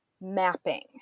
mapping